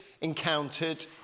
encountered